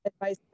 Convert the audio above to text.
advice